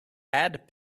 add